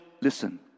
Listen